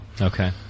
Okay